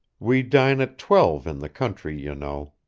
we dine at twelve in the country, you know.